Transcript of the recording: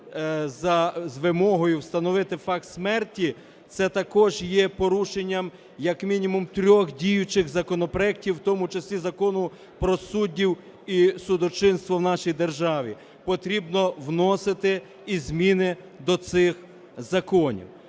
з вимогою встановити факт смерті, це також є порушенням як мінімум трьох діючих законопроектів, у тому числі Закону про суддів і судочинство в нашій державі. Потрібно вносити і зміни до цих законів.